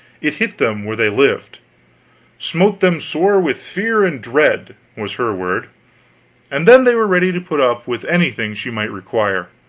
it hit them where they lived smote them sore with fear and dread was her word and then they were ready to put up with anything she might require.